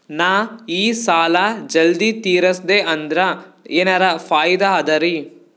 ನಾ ಈ ಸಾಲಾ ಜಲ್ದಿ ತಿರಸ್ದೆ ಅಂದ್ರ ಎನರ ಫಾಯಿದಾ ಅದರಿ?